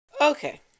Okay